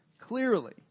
clearly